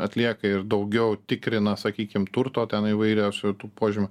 atlieka ir daugiau tikrina sakykim turto ten įvairiausių tų požymių